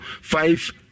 Five